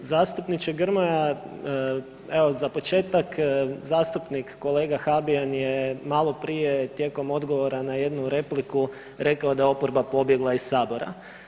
Zastupniče Grmoja, evo za početak zastupnik kolega Habijan je malo prije tijekom odgovora na jednu repliku rekao da je oporba pobjegla iz Sabora.